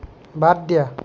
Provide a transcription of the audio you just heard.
বাদ দিয়া